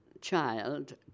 child